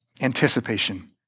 anticipation